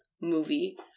movie